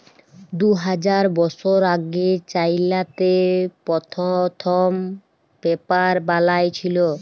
দু হাজার বসর আগে চাইলাতে পথ্থম পেপার বালাঁই ছিল